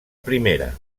primera